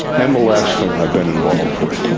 and the last thing i've been involved with.